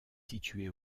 située